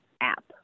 app